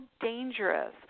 dangerous